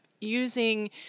using